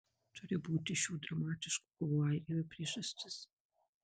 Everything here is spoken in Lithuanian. turi būti šių dramatiškų kovų airijoje priežastis